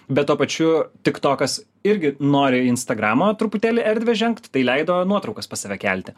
bet tuo pačiu tik tokas irgi nori instagramo truputėlį erdvę žengt tai leido nuotraukas pas save kelti